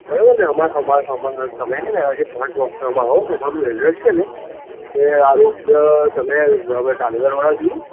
બરાબરને અમા અમા અમારા તમે છે ને આજે પાંચ વાગતામાં આવો અમારું એડ્રેસ છે ને એ આરોગ્ય તમે હવે ઢાલગરવાડા જોયું